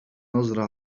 نظرة